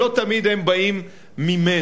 שלא תמיד הם באים ממנו.